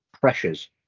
pressures